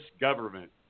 government